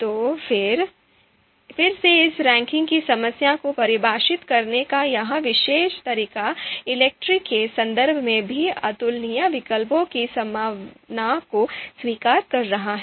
तो फिर से इस रैंकिंग की समस्या को परिभाषित करने का यह विशेष तरीका ELECTRE के संदर्भ में भी अतुलनीय विकल्पों की संभावना को स्वीकार कर रहा है